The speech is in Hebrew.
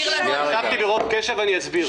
הקשבתי ברוב קשב ואני אסביר.